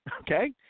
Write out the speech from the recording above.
okay